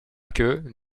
que